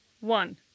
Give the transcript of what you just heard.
one